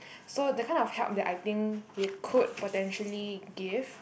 so the kind of help that I think we could potentially give